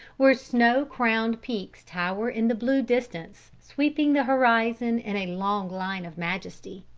where snow crowned peaks tower in the blue distance, sweeping the horizon in a long line of majesty.